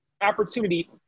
opportunity